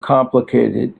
complicated